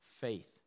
faith